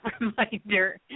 reminder